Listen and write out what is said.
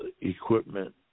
equipment